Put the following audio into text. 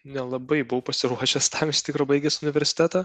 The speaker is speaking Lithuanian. nelabai buvau pasiruošęs tam iš tikro baigęs universitetą